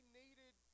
needed